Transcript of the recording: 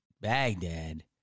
Baghdad